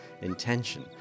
intention